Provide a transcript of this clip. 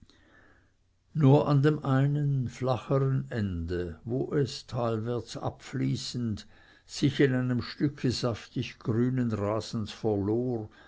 nur an dem einen flachen ende wo es talwärts abfließend sich in einem stücke saftig grünen rasens verlor